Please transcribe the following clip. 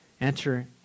enter